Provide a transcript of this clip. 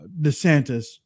DeSantis